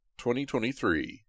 2023